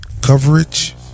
Coverage